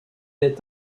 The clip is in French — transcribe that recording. est